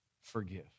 forgive